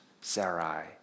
Sarai